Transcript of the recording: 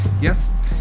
Yes